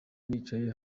nicaye